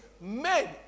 men